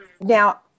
Now